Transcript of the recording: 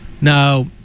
Now